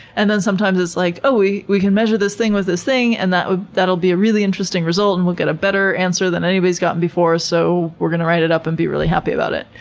and then sometimes it's like oh we we can measure this thing with this thing, and that'll that'll be a really interesting result, and we'll get a better answer than anyone has gotten before, so we're going to write it up and be really happy about it.